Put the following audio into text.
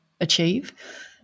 achieve